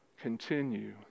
continue